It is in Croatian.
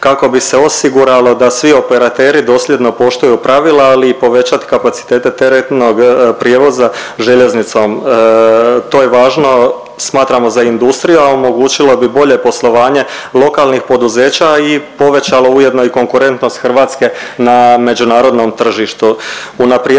kako bi se osiguralo da svi operateri dosljedno poštuju pravila, ali i povećat kapacitete teretnog prijevoza željeznicom. To je važno smatramo za industriju, a omogućilo bi bolje poslovanje lokalnih poduzeća, a i povećalo ujedno i konkurentnost Hrvatske na međunarodnom tržištu.